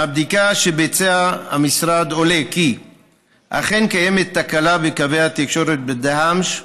מהבדיקה שביצע המשרד עולה כי אכן קיימת תקלה בקווי התקשורת בדהמש,